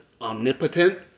omnipotent